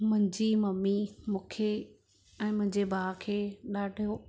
मुंहिंजी ममी मूंखे ऐं मुंहिंजे भाउ खे ॾाढो